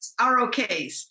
ROKs